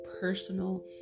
personal